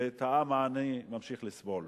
ואת העם העני ממשיך לסבול.